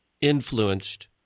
influenced